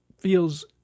feels